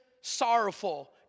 sorrowful